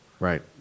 Right